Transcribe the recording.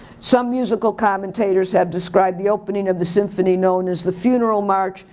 some musical commentators have described the opening of the symphony known as the funeral march,